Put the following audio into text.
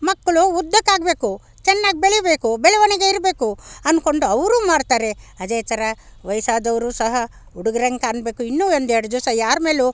ಮಕ್ಳು ಉದ್ದಕ್ಕಾಗಬೇಕು ಚೆನ್ನಾಗಿ ಬೆಳಿಬೇಕು ಬೆಳವಣಿಗೆ ಇರಬೇಕು ಅಂದ್ಕೊಂಡು ಅವರು ಮಾಡುತ್ತಾರೆ ಅದೇ ಥರ ವಯಸ್ಸಾದವರು ಸಹ ಹುಡುಗರಂಗೆ ಕಾಣಬೇಕು ಇನ್ನು ಒಂದೆರಡು ದಿವಸ ಯಾರ ಮೇಲೂ